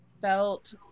felt